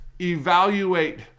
evaluate